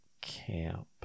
camp